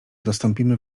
dostąpimy